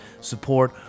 support